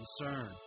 concern